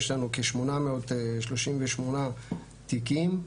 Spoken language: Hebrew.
יש לנו כ-838 תיקים,